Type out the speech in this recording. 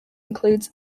includes